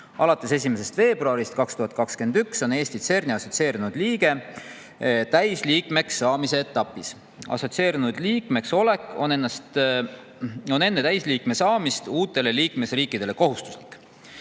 Alates 1. veebruarist 2021 on Eesti olnud CERN‑i assotsieerunud liige täisliikmeks saamise etapis. Assotsieerunud liikmeks olek on enne täisliikmeks saamist uutele liikmesriikidele kohustuslik.